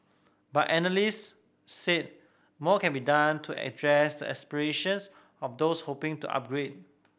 but analyst said more can be done to address aspirations of those hoping to upgrade